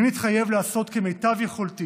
אני מתחייב לעשות כמיטב יכולתי